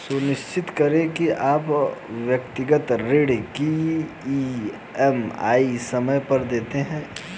सुनिश्चित करें की आप व्यक्तिगत ऋण की ई.एम.आई समय पर देते हैं